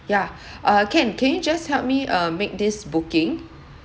yeah uh can can you just help me uh make this booking